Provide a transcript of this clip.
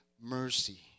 mercy